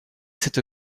cette